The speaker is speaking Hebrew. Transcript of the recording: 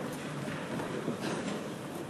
(חברי הכנסת מכבדים בקימה